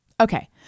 Okay